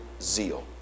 zeal